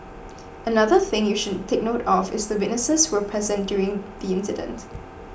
another thing you should take note of is the witnesses who present during the incident